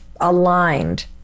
aligned